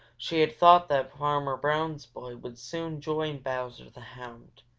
she had thought that farmer brown's boy would soon join bowser the hound,